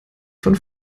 von